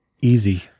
easy